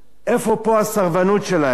איפה פה הסרבנות שלהם?